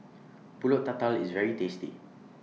Pulut Tatal IS very tasty